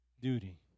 Duty